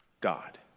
God